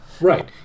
right